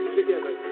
together